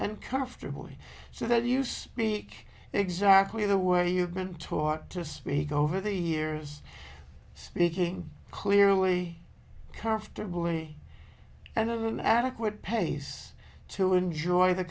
and comfortably so that you speak exactly the way you've been taught to speak over the years speaking clearly comfortably and of an adequate pace to enjoy the